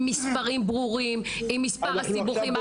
עם מספרים ברורים של הסיבוכים.